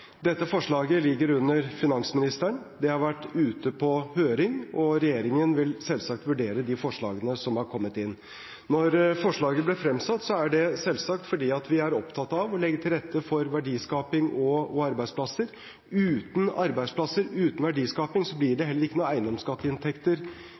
Dette forslaget ligger under finansministeren. Det har vært ute på høring, og regjeringen vil selvsagt vurdere de forslagene som har kommet inn. Når forslaget blir fremsatt, er det selvsagt fordi vi er opptatt av å legge til rette for verdiskaping og arbeidsplasser. Uten arbeidsplasser, uten verdiskaping, blir det heller ingen eiendomsskatteinntekter